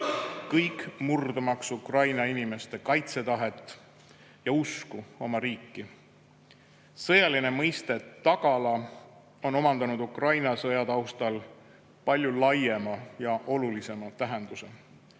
kõik murdmaks Ukraina inimeste kaitsetahet ja usku oma riiki. Sõjaline mõiste "tagala" on omandanud Ukraina sõja taustal palju laiema ja olulisema tähenduse.